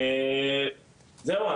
זהו,